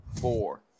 four